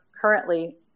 currently